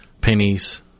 pennies